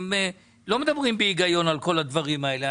אתם לא מדברים בהיגיון על כל הדברים האלה,